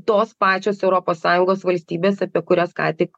tos pačios europos sąjungos valstybės apie kurias ką tik